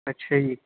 ਅੱਛਾ ਜੀ